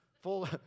full